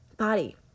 Body